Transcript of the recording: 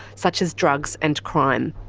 such as drugs and crime.